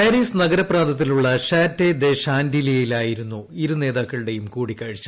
Paris നഗരപ്രാന്തത്തിലുള്ള chateau de ഷാന്റിലിയിലായിരുന്നു ഇരു നേതാക്കളുടെയും കൂടിക്കാഴ്ച